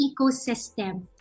ecosystem